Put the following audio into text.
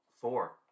four